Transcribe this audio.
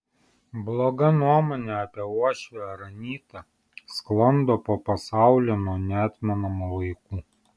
bloga nuomonė apie uošvę ar anytą sklando po pasaulį nuo neatmenamų laikų